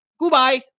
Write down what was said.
goodbye